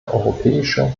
europäische